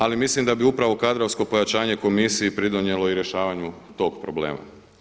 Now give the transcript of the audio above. Ali mislim da bi upravo kadrovsko pojačanje komisiji pridonijelo i rješavanju tog problema.